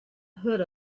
heard